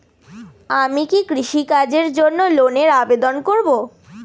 আমি কি কৃষিকাজের জন্য লোনের আবেদন করব?